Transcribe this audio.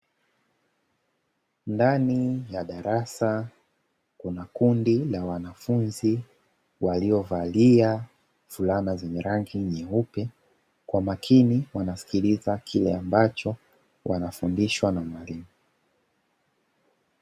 Ndani ya darasa kuna kundi la wanafunzi waliovalia fulana zenye rangi nyeupe kwa makini wanasikiliza kile ambacho wanafundishwa na mwalimu.